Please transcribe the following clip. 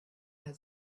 had